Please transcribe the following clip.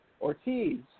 Ortiz